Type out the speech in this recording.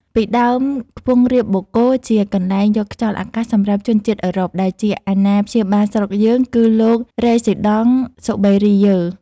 ពីដើមខ្ពង់រាបបូកគោ ជាកន្លែងយកខ្យល់អាកាសសម្រាប់ជនជាតិអឺរ៉ុប ដែលជាអាណាព្យាបាលស្រុកយើង គឺលោក រ៉េស៊ីដង់សុប៉េរីយើរ។